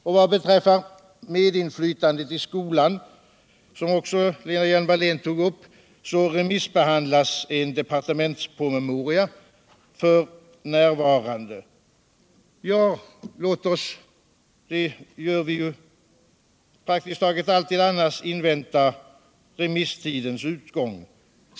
En departementspromemorta om medinflytandet 1 skolan, som Lena Hjelm-Wallén också tog upp. remissbehandlas fin. Lät oss. det gör vi ju prakuskt taget allud annars. invänta remissudens utgång!